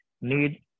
need